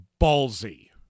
ballsy